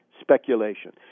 speculation